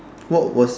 what was